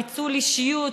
פיצול אישיות,